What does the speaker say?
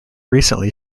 recently